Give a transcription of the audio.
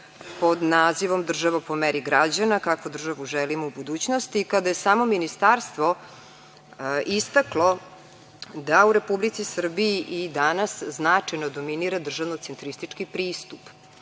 pod nazivom „Država po meri građana“ kakvu državu želimo u budućnosti, kada je samo ministarstvo istaklo da u Republici Srbiji i danas značajno dominira državno centristički pristup.